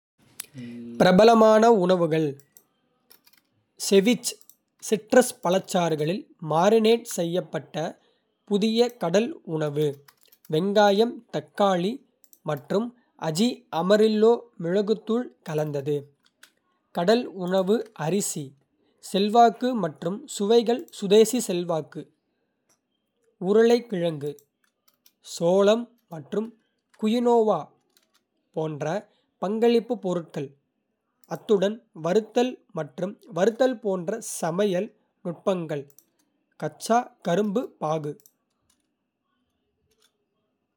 பிரபலமான உணவுகள். Ceviche: citrus பழச்சாறுகளில் மாரினேட் செய்யப்பட்ட புதிய கடல் உணவு, வெங்காயம், தக்காளி மற்றும் அஜி அமரில்லோ மிளகுத்தூள் கலந்து. கடல் உணவு அரிசி). செல்வாக்கு மற்றும் சுவைகள். சுதேசி செல்வாக்கு உருளைக்கிழங்கு, சோளம் மற்றும் குயினோவா போன்ற பங்களிப்பு பொருட்கள், அத்துடன் வறுத்தல் மற்றும் வறுத்தல் போன்ற சமையல் நுட்பங்கள். கச்சா கரும்பு பாகு.